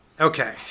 Okay